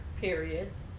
periods